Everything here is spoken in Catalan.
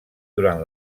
durant